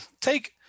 take –